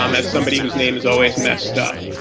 um as somebody whose name is always messed up.